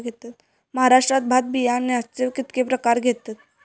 महाराष्ट्रात भात बियाण्याचे कीतके प्रकार घेतत?